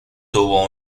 tuvo